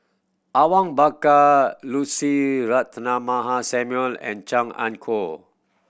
Awang Bakar Lucy Ratnammah Samuel and Chan Ah Kow